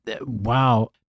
wow